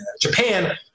Japan